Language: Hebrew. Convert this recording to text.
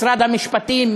משרד המשפטים,